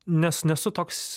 nes nesu toks